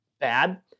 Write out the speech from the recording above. bad